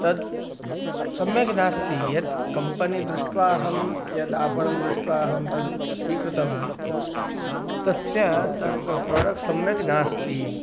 तत् सम्यक् नास्ति यत् कम्पनी दृष्ट्वा अहं यद् आपणं दृष्ट्वा अहं तद् स्वीकृतवान् तस्य तत् प्रोडक्ट् सम्यक् नास्ति